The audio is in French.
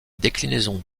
déclinaison